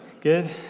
Good